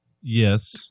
Yes